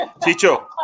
Chicho